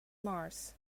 mars